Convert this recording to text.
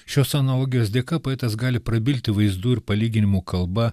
šios analogijos dėka poetas gali prabilti vaizdų ir palyginimų kalba